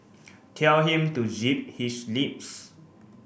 tell him to zip his lips